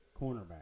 cornerback